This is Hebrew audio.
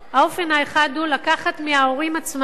האופן האחד הוא לקחת מההורים עצמם,